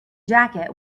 jacket